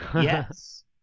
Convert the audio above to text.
Yes